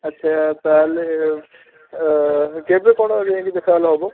ଆଚ୍ଛା ତା' ହେଲେ କେବେ କ'ଣ ଯାଇକି ଦେଖା ହେଲେ ହେବ